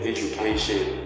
Education